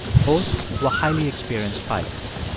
both were highly experienced pilots.